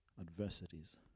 adversities